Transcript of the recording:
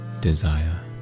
desire